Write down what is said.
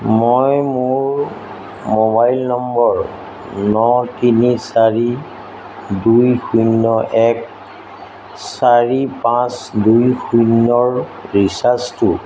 মই মোৰ ম'বাইল নম্বৰ ন তিনি চাৰি দুই শূন্য এক চাৰি পাঁচ দুই শূন্যৰ ৰিচাৰ্জটো